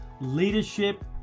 leadership